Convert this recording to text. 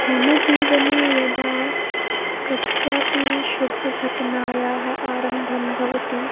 मम जीवने यदा कस्यापि शुभघटनायाः आरम्भः भवति